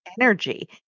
energy